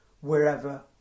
wherever